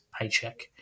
paycheck